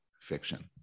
fiction